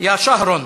ועדת החינוך,